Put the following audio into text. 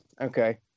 okay